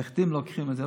הנכדים לוקחים את זה,